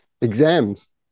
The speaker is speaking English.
exams